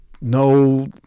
no